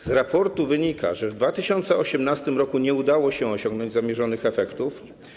Z raportu wynika, że w 2018 r. nie udało się osiągnąć zamierzonych efektów.